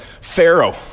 Pharaoh